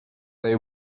they